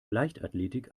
leichtathletik